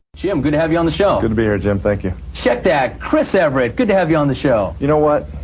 jim, good to have you on the show. good to be here, jim, thank you. check that. chris everett, good to have you on the show! you know what?